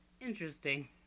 Interesting